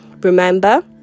remember